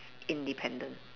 independent